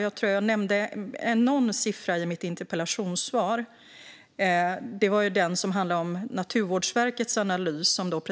Jag tror att jag nämnde en siffra i mitt interpellationssvar, nämligen den som handlade om Naturvårdsverkets analys av